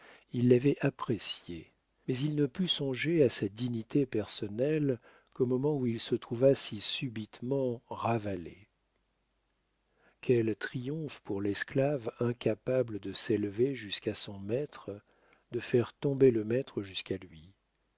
il l'avait apprécié mais il ne put songer à sa dignité personnelle qu'au moment où il se trouva si subitement ravalé quel triomphe pour l'esclave incapable de s'élever jusqu'à son maître de faire tomber le maître jusqu'à lui